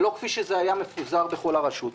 ולא כפי שזה היה מפוזר בכל הרשות.